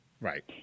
Right